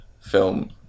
film